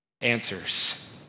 answers